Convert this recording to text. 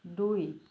দুই